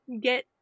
get